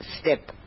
step